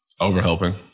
Overhelping